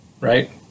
right